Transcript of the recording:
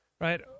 right